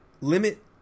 limit